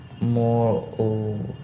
more